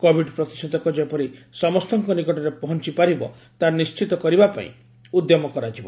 Covid ପ୍ରତିଷେଧକ ଯେପରି ସମସ୍ତଙ୍କ ନିକଟରେ ପହଞ୍ଚିପାରିବ ତାହା ନିଶ୍ଚିତ କରିବା ପାଇଁ ଉଦ୍ୟମ କରାଯିବ